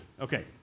Okay